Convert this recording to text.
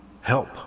help